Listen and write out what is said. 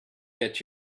get